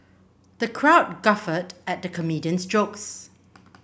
the crowd guffawed at the comedian's jokes